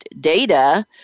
data